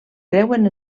creuen